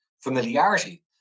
familiarity